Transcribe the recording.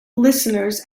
listeners